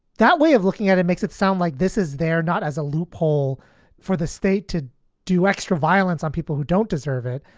that way of looking at it makes it sound like this. is there not as a loophole for the state to do extra violence on people who don't deserve it?